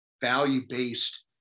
value-based